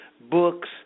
books